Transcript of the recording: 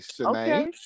okay